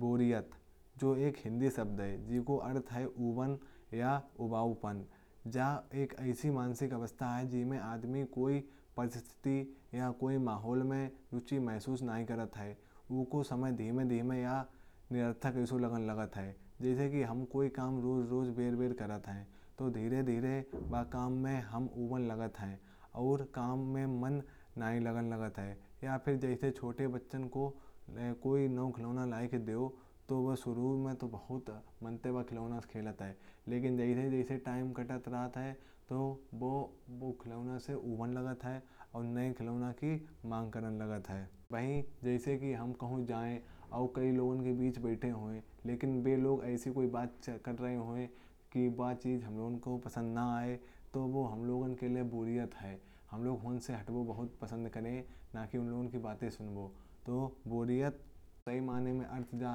बोरियत जो एक हिंदी शब्द है। का अर्थ है उबान या उबाऊपन। ये एक ऐसी मानसिक अवस्था है। जिसमें आदमी किसी परिस्थिति या किसी माहौल में रुचि महसूस नहीं करता। इस अवस्था में उन्हें समय धीरे धीरे या निरर्थक लगता है। जैसे हम कोई काम रोज़ रोज़ करते हैं। तो धीरे धीरे वो काम हमारे लिए उबाऊ हो जाता है। और हमारा मन उसमें नहीं लगता। या फिर जैसे छोटे बच्चों को कोई नया खिलौना दिया जाता है। तो वो शुरू में उस खिलौने से बहुत खुश होते हैं। लेकिन जैसे जैसे समय बीतता है उन्हें उस खिलौने से उबान होने लगती है। और वो नए खिलौने की मांग करने लगते हैं। इसी तरह अगर हम कुछ लोगों के बीच बैठे हैं। लेकिन वो लोग ऐसी कोई बातें कर रहे हैं जो हमें पसंद नहीं आती। तो वो हमारे लिए बोरियत बन जाती है। हम उन लोगों से अलग होना पसंद करते हैं। इसलिए बोरियत का मतलब